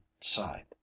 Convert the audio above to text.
side